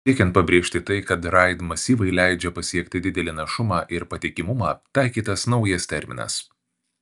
siekiant pabrėžti tai kad raid masyvai leidžia pasiekti didelį našumą ir patikimumą taikytas naujas terminas